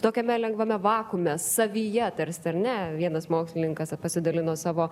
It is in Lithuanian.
tokiame lengvame vakuume savyje tarsi ar ne vienas mokslininkas pasidalino savo